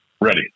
Ready